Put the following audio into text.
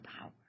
power